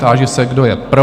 Táži se, kdo je pro?